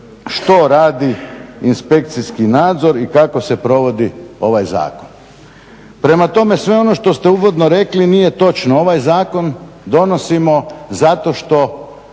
što radi inspekcijski nadzor i kako se provodi ovaj zakon. Prema tome sve ono što ste uvodno rekli nije točno. Ovaj zakon donosimo zato što